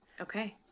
Okay